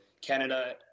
Canada